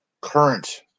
current